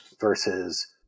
versus